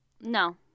No